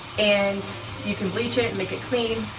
and you can bleach it and make it clean.